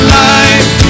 life